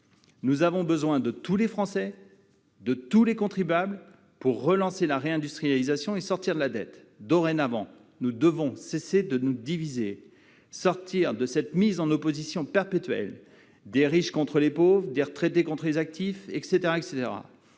Nous avons besoin de tous les Français, et de tous les contribuables, pour engager la réindustrialisation et sortir de la dette. Dorénavant, nous devons cesser de nous diviser et sortir de cette mise en opposition perpétuelle des riches et des pauvres, des retraités et des actifs, etc.